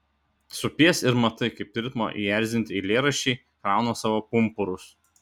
supies ir matai kaip ritmo įerzinti eilėraščiai krauna savo pumpurus